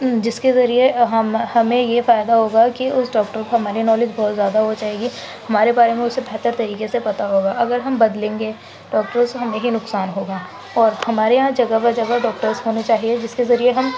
جس کے ذریعے ہمیں یہ فائدہ ہوگا کہ اس ڈاکٹر کو ہماری نالج بہت زیادہ ہو جائے گی ہمارے بارے میں اسے بہتر طریقے سے پتا ہوگا اگر ہم بدلیں گے ڈاکٹر سے ہمیں ہی نقصان ہوگا اور ہمارے یہاں جگہ بہ جگہ ڈاکٹرس ہونے چاہیے جس کے ذریعے ہم